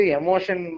emotion